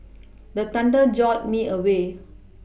the thunder jolt me awake